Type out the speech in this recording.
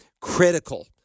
critical